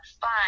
fun